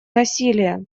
насилия